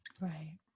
Right